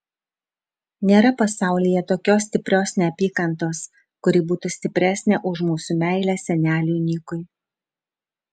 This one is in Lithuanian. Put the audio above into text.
nėra pasaulyje tokios stiprios neapykantos kuri būtų stipresnė už mūsų meilę seneliui nikui